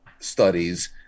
studies